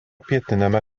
pietiniame